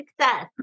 success